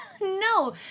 No